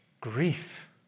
grief